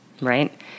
right